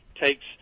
takes